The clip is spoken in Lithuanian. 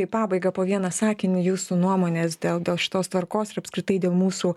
į pabaiga po vieną sakinį jūsų nuomonės dėl dėl šitos tvarkos ir apskritai dėl mūsų